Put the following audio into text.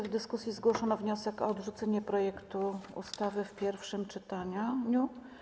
W dyskusji zgłoszono wniosek o odrzucenie projektu ustawy w pierwszym czytaniu.